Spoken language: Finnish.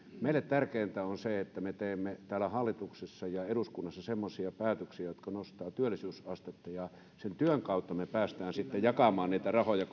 meille tärkeintä on se että me teemme täällä hallituksessa ja eduskunnassa semmoisia päätöksiä jotka nostavat työllisyysastetta ja sen työn kautta me pääsemme sitten jakamaan niitä rahoja